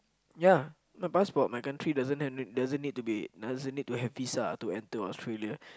ya my passport my country doesn't have doesn't need to be doesn't need to have visa to enter Australia